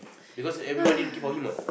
because everybody looking for him what